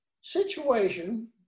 situation